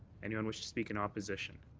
anyone wish to speak in opposition.